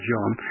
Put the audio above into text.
John